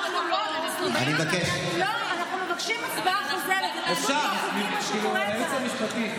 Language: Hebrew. אנחנו מבקשים הצבעה חוזרת, היועצת המשפטית.